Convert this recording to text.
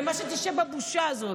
למה שתשב בבושה הזאת?